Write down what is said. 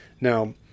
Now